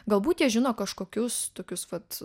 galbūt jie žino kažkokius tokius vat